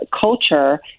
culture